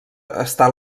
està